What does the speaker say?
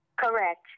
Correct